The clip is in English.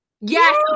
Yes